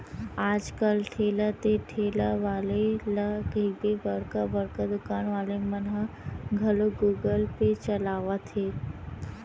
आज कल ठेला ते ठेला वाले ला कहिबे बड़का बड़का दुकान वाले मन ह घलोक गुगल पे चलावत हे